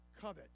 covet